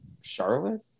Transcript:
Charlotte